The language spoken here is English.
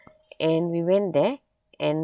and we went there and